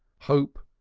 hope,